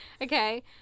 Okay